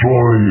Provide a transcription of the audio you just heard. Joy